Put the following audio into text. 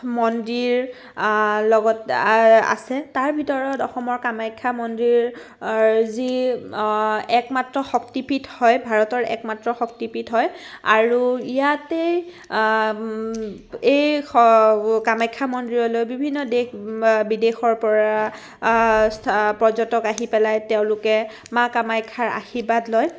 মন্দিৰ লগত আছে তাৰ ভিতৰত অসমৰ কামাখ্যা মন্দিৰ যি একমাত্ৰ শক্তিপীঠ হয় ভাৰতৰ একমাত্ৰ শক্তিপীঠ হয় আৰু ইয়াতেই এই কামাখ্যা মন্দিৰলৈ বিভিন্ন দেশ বিদেশৰপৰা পৰ্যটক আহি পেলাই তেওঁলোকে মা কামাখ্যাৰ আশীৰ্বাদ লয়